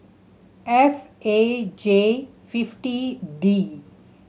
F A J fifty D